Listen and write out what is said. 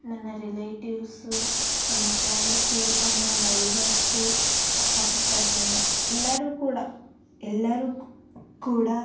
ನನ್ನ ರಿಲೇಟಿವ್ಸು ನನ್ನ ಫ್ರೆಂಡ್ಸು ನನ್ನ ನೈಬರ್ಸು ಅಕ್ಕಪಕ್ಕ ಜನ ಎಲ್ಲರೂ ಕೂಡ ಎಲ್ಲರೂ ಕೂಡ